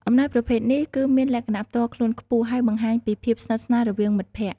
អំណោយប្រភេទនេះគឺមានលក្ខណៈផ្ទាល់ខ្លួនខ្ពស់ ហើយបង្ហាញពីភាពស្និទ្ធស្នាលរវាងមិត្តភក្តិ។